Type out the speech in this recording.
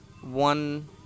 One